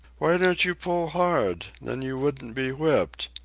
why don't you pull hard then you wouldn't be whipped.